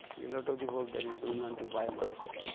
the lot of the work that is going on to biomass strength,